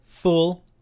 Full